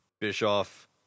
Bischoff